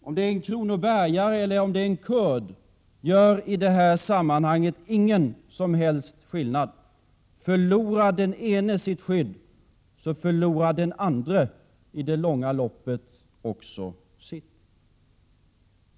Om det är en kronobergare eller en kurd gör i det här sammanhanget ingen som helst skillnad. Förlorar den ene sitt skydd, förlorar den andre i det långa loppet också sitt.